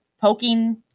poking